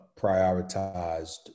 prioritized